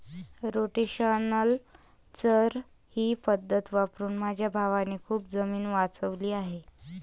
rotational चर ही पद्धत वापरून माझ्या भावाने खूप जमीन वाचवली आहे